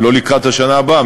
לא לקראת השנה הבאה,